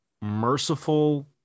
merciful